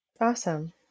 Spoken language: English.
Awesome